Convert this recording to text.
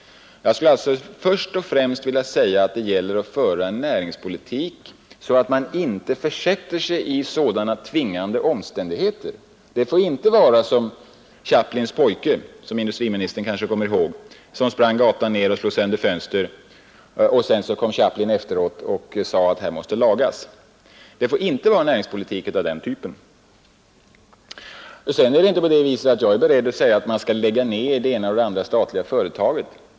Jag skulle alltså först och främst vilja säga att det gäller att föra en näringspolitik så att man inte försätter sig i sådana tvingande omständigheter. Det får inte vara som Chaplins pojke, som industriministern kanske kommer ihåg, som sprang nedför gatan och slog sönder fönster, varpå Chaplin efteråt dök upp som glasmästare. Det får inte vara näringspolitik av den typen. Jag är inte beredd att säga att man skall lägga ner det ena eller andra statliga företaget.